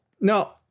No